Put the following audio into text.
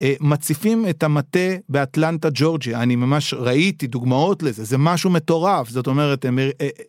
מציפים את המטה באטלנטה ג'ורג'י אני ממש ראיתי דוגמאות לזה זה משהו מטורף זאת אומרת.